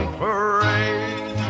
parade